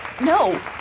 No